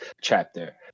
chapter